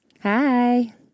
Hi